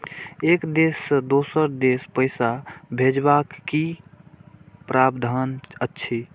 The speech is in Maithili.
एक देश से दोसर देश पैसा भैजबाक कि प्रावधान अछि??